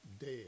dead